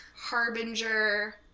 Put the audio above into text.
harbinger